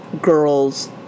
girls